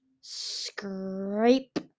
scrape